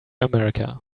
america